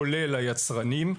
כולל היצרנים.